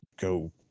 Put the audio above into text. go